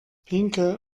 pinke